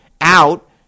out